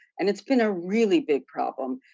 and it's been a really big problem,